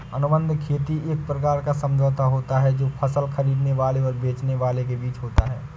अनुबंध खेती एक प्रकार का समझौता होता है जो फसल खरीदने वाले और बेचने वाले के बीच होता है